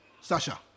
Sasha